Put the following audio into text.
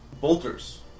Bolters